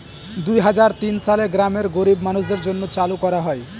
দুই হাজার তিন সালে গ্রামের গরীব মানুষদের জন্য চালু করা হয়